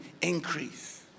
increase